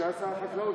כשהוא היה שר החקלאות,